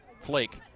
Flake